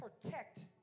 protect